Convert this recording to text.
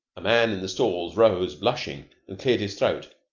a man in the stalls rose, blushing, and cleared his throat.